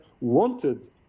wanted